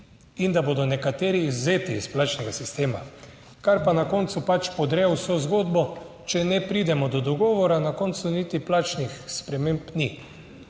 in da bodo nekateri izvzeti iz plačnega sistema, kar pa na koncu pač podre vso zgodbo - če ne pridemo do dogovora, na koncu niti plačnih sprememb ni.